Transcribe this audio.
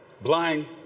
Blind